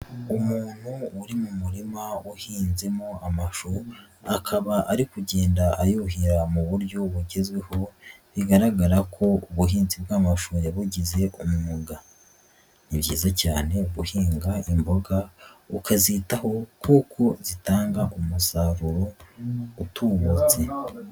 Umuntu uri mu murima uhinzemo amashu akaba ari kugenda ayuhira mu buryo bugezweho bigaragara ko ubuhinzi bw'amashu ya bugize umwuga, ni byiza cyane guhinga imboga ukazitaho kuko zitanga umusaruro utubutse.